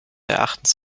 erachtens